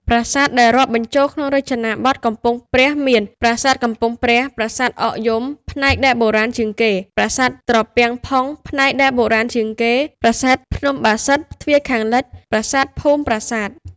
ប្រាសាទដែលរាប់បញ្ចូលក្នុងរចនាបថកំពង់ព្រះមាន៖ប្រាសាទកំពង់ព្រះ ប្រាសាទអកយំ ផ្នែកដែលបុរាណជាងគេ ប្រាសាទត្រពាំងផុង ផ្នែកដែលបុរាណជាងគេ ប្រាសាទភ្នំបាសិទ្ធ ទ្វារខាងលិច ប្រាសាទភូមិប្រាសាទ។